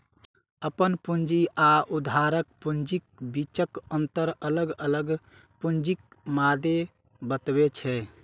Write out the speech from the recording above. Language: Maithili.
अपन पूंजी आ उधारक पूंजीक बीचक अंतर अलग अलग पूंजीक मादे बतबै छै